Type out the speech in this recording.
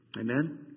Amen